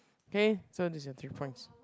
K so this your three points